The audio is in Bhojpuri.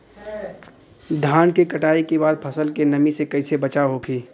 धान के कटाई के बाद फसल के नमी से कइसे बचाव होखि?